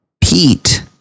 Pete